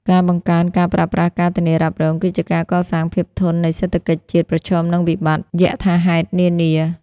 ការបង្កើនការប្រើប្រាស់ការធានារ៉ាប់រង គឺជាការកសាងភាពធន់នៃសេដ្ឋកិច្ចជាតិប្រឈមនឹងវិបត្តិយថាហេតុនានា។